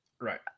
Right